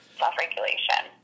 self-regulation